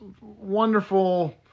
wonderful